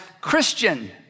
Christian